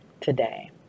today